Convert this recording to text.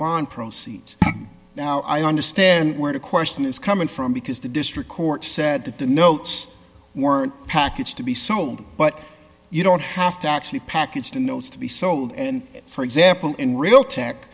bond proceeds now i understand where the question is coming from because the district court said that the notes were packaged to be sold but you don't have to actually package the notes to be sold for example in real tech